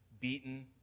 beaten